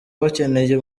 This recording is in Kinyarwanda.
bakeneye